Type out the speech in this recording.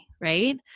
Right